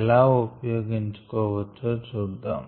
ఎలా ఉపయోగించు కోవచ్చో చూద్దాం